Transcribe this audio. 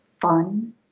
fun